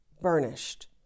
burnished